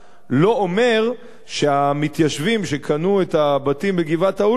לא אומר שהמתיישבים שקנו את הבתים בגבעת-האולפנה